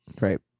Right